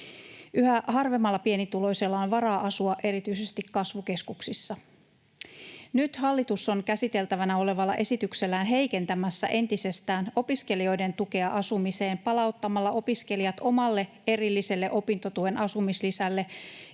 Yhä harvemmalla pienituloisella on varaa asua erityisesti kasvukeskuksissa. Nyt hallitus on käsiteltävänä olevalla esityksellään heikentämässä entisestään opiskelijoiden tukea asumiseen palauttamalla opiskelijat omalle erilliselle opintotuen asumislisälle,